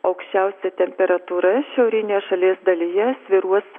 aukščiausia temperatūra šiaurinėje šalies dalyje svyruos